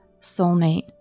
soulmate